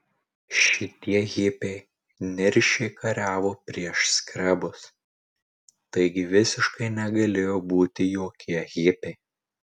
šitie hipiai niršiai kariavo prieš skrebus taigi visiškai negalėjo būti jokie hipiai